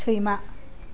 सैमा